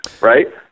Right